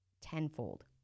tenfold